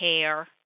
care